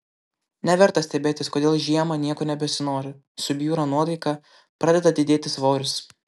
neverta stebėtis kodėl žiemą nieko nebesinori subjūra nuotaika pradeda didėti svoris